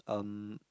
um